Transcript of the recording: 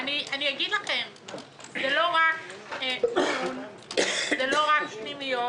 זה לא רק מיון או פנימיות;